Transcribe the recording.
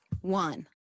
one